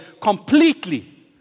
completely